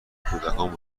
کودکان